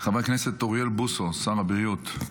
חבר הכנסת אוריאל בוסו, שר הבריאות,